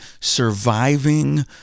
surviving